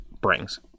brings